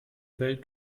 welt